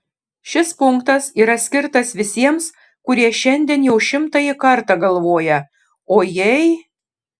šis punktas yra skirtas visiems kurie šiandien jau šimtąjį kartą galvoja o jei